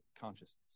consciousness